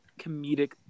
comedic